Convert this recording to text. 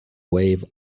wave